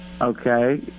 Okay